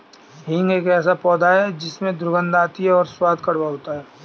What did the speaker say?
हींग एक ऐसा पौधा है जिसमें दुर्गंध आती है और स्वाद कड़वा होता है